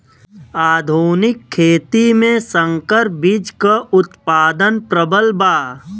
आधुनिक खेती में संकर बीज क उतपादन प्रबल बा